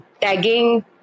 tagging